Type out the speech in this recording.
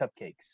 cupcakes